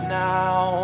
now